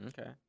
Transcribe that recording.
Okay